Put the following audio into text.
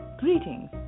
greetings